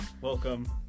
welcome